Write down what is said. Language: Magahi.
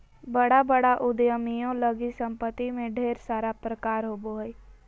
बड़ा बड़ा उद्यमियों लगी सम्पत्ति में ढेर सारा प्रकार होबो हइ